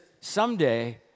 someday